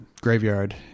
graveyard